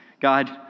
God